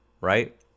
right